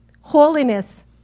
Holiness